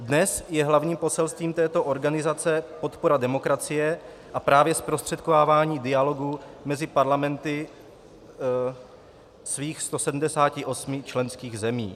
Dnes je hlavním poselstvím této organizace podpora demokracie a právě zprostředkovávání dialogu mezi parlamenty svých 170 členských zemí.